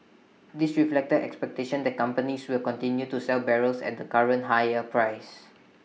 this reflected expectations that companies will continue to sell barrels at the current higher price